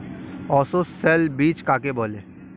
অসস্যল বীজ কাকে বলে?